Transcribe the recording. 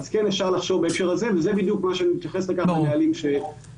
אז כן אפשר לחשוב בהקשר הזה וזה בדיוק למה שמתייחסים הנהלים שיצאו.